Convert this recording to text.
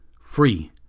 free